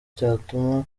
cyatuma